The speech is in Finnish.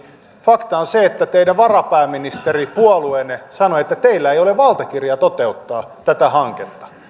fakta on se että teidän varapääministeripuolueenne sanoi että teillä ei ole valtakirjaa toteuttaa tätä hanketta